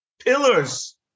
pillars